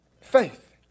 Faith